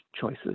choices